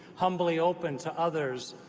humbly open to others,